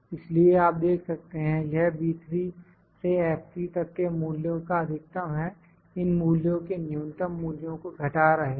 इसलिए आप देख सकते हैं यह B3 से F3 तक के मूल्यों का अधिकतम है इन मूल्यों के न्यूनतम मूल्यों को घटा रहे हैं